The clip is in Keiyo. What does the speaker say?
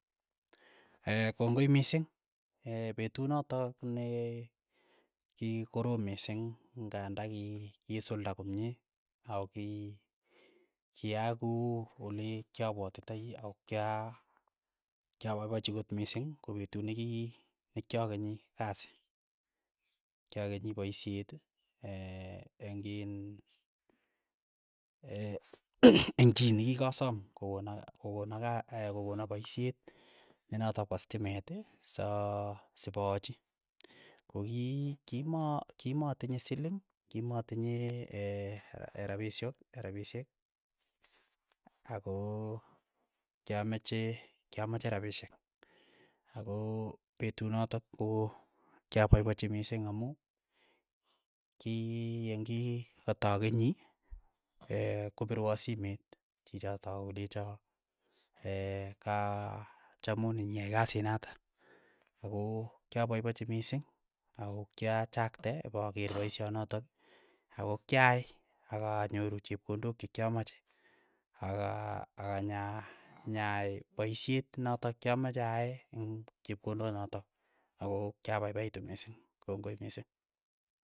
kongoi mising, petut notok ne kikorom mising ng'anda kiilsulda komie ako ki kiaak ku ole kyapwotitai akokya kyapaipachi kot mising ko petut nekii ne kyakenyi kasi, kyakenyi paishet eng' in eng' chii nikikasom, ko kona ko kona kas ko kona paishet nenotok pa stimet sa sipaachi, ko ki kima kima tinye siling, kimatinye rapisho rapishek ako kyameche kyameche rapishek, ako petut notok kyapaipachi mising amu ki yengki katakenyi, kopirwa simet chichotok akolecho kachamun nyiyai kasit notok ako kyapaipachi mising ako kyachakte ipakeer paishonotok ako kyaai akanyoru chepkondok chekyamache aka akanya nyaai paishet notok kyamache aae eng' chepkondo notok, ako kyapaipaitu mising, kongoi mising.